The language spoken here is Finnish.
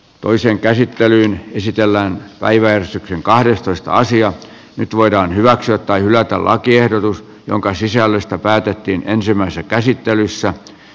toiseen käsittelyyn esitellään päiväänsä kahdestoista asiaa nyt voidaan hyväksyä tai hylätä lakiehdotus jonka sisällöstä päätettiin ensimmäisessä käsittelyssä